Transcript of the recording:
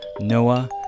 Noah